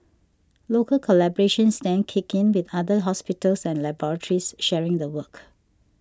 local collaborations then kicked in with other hospitals and laboratories sharing the work